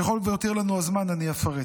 ככל שיותיר לנו הזמן, אני אפרט.